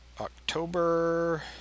October